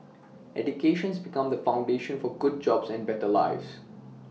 educations become the foundation for good jobs and better lives